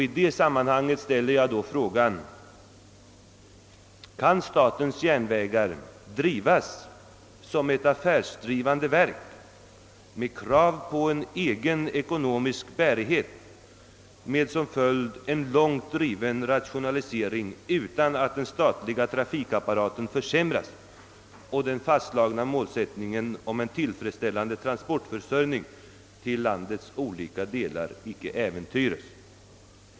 I det sammanhanget ställer jag frågan: Kan SJ drivas som ett affärsdrivande verk med krav på egen ekonomisk bärighet med som följd därav en långt driven rationalisering utan att den trafikapparaten försämras och den fastslagna målsättningen om en tillfredsställande trafikförsörjning av landets olika delar äventyras?